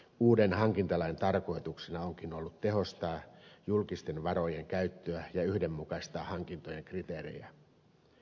uuden hankintalain tarkoituksena onkin ollut tehostaa julkisten varojen käyttöä ja yhdenmukaistaa hankintojen kriteerejä